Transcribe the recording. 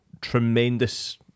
tremendous